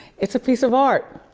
it's a piece of art.